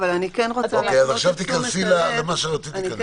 אז עכשיו תיכנסי למה שרצית להיכנס.